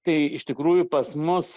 tai iš tikrųjų pas mus